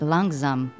langzaam